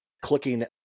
clicking